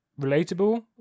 relatable